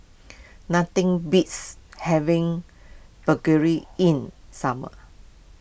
nothing beats having buggery in summer